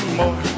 more